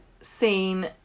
seen